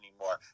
anymore